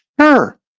sure